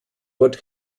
wort